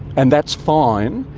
and that's fine,